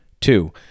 Two